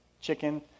chicken